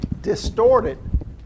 distorted